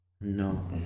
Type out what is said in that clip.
No